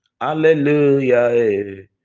Hallelujah